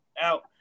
out